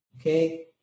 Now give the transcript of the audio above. okay